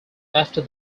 after